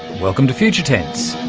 welcome to future tense.